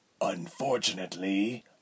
Unfortunately